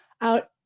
out